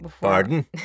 Pardon